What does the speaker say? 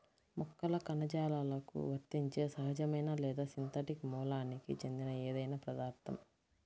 మొక్కల కణజాలాలకు వర్తించే సహజమైన లేదా సింథటిక్ మూలానికి చెందిన ఏదైనా పదార్థం